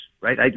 right